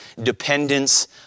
dependence